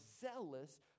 zealous